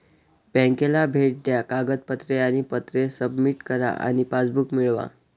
बँकेला भेट द्या कागदपत्रे आणि पत्रे सबमिट करा आणि पासबुक मिळवा